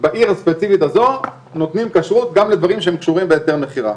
בעיר הספציפית הזו נותנים כשרות גם לדברים שקשורים בהיתר מכירה.